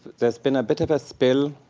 there's been a bit of a spill.